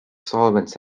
solvents